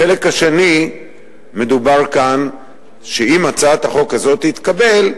בחלק השני מדובר כאן שאם הצעת החוק הזו תתקבל,